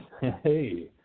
Hey